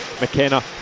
McKenna